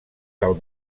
del